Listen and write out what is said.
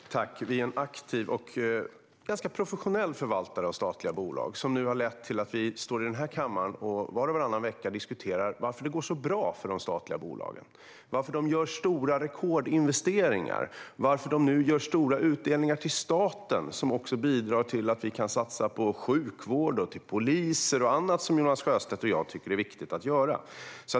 Fru talman! Vi är en aktiv och ganska professionell förvaltare av statliga bolag, vilket har lett till att vi var och varannan vecka står i kammaren och diskuterar varför det går så bra för de statliga bolagen, varför de gör rekordstora investeringar och varför de ger stora utdelningar till staten som bidrar till att vi kan satsa på sjukvård, poliser och annat som Jonas Sjöstedt och jag tycker är viktigt.